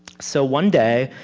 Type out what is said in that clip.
so one day,